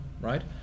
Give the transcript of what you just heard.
Right